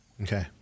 Okay